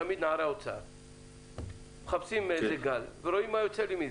תמיד נערי האוצר מחפשים איזה גל ורואים מה יוצא להם מזה.